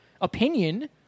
opinion